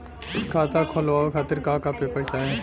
खाता खोलवाव खातिर का का पेपर चाही?